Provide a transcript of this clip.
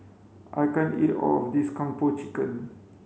I can't eat all of this kung po chicken